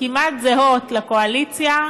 כמעט זהות לקואליציה,